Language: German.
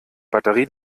batterie